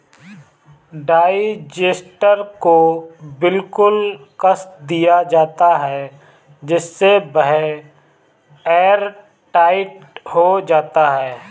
digester को बिल्कुल कस दिया जाता है जिससे वह एयरटाइट हो जाता है